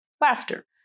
laughter